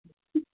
ହୁଁ